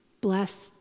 Blessed